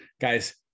Guys